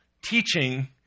teaching